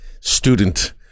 Student